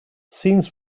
scenes